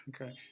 Okay